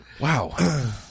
Wow